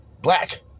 black